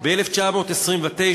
ב-1929,